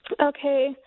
okay